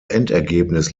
endergebnis